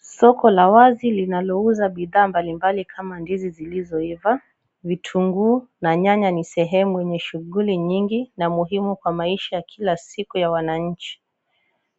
Soko la wazi, linalouza bidhaa mbalimbali kama ndizi zilizoiva, vitunguu na nyanya ni sehemu yenye shughuli nyingi na muhimu kwa maisha ya kila siku ya wananchi ,